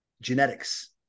genetics